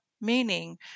meaning